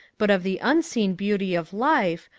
but of the unseen beauty of life,